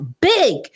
big